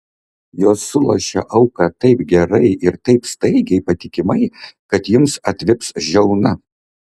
jos sulošia auką taip gerai ir taip staigiai patikimai kad jums atvips žiauna